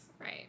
Right